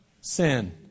Sin